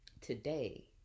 today